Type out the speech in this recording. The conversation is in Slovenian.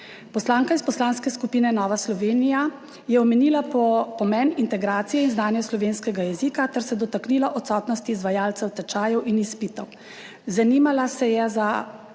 Poslanka iz Poslanske skupine Nova Slovenija je omenila pomen integracije in znanja slovenskega jezika ter se dotaknila odsotnosti izvajalcev tečajev in izpitov. Zanimala se je za